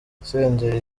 senderi